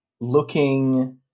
looking